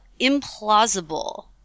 implausible